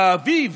באביב,